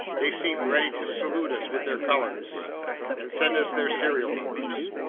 they seemed ready to salute us with their colors and send us their serial numbers!